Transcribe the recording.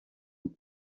and